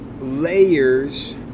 layers